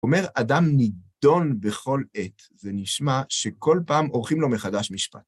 אומר אדם נידון בכל עת, זה נשמע שכל פעם עורכים לו מחדש משפט.